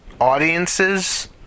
audiences